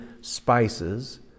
spices